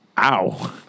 Ow